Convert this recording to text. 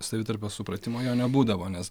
savitarpio supratimo jo nebūdavo nes